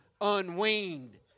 unweaned